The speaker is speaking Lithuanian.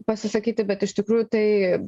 pasisakyti bet iš tikrųjų tai